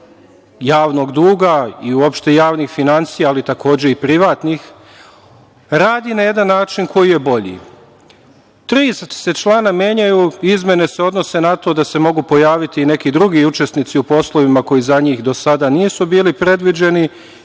i uopšte javnih finansija, ali takođe i privatnih, radi na jedan način koji je bolji. Tri se člana menjaju, izmene se odnose na to da se mogu pojaviti i neki drugi učesnici u poslovima koji za njih do sada nisu bili predviđeni